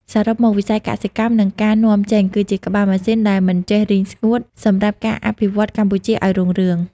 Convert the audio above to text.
សរុបមក វិស័យកសិកម្ម និងការនាំចេញ គឺជាក្បាលម៉ាស៊ីនដែលមិនចេះរីងស្ងួត សម្រាប់ការអភិវឌ្ឍកម្ពុជាឱ្យរុងរឿង។